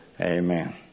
Amen